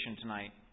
tonight